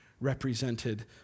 represented